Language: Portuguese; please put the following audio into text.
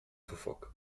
fofoca